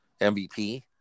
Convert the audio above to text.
MVP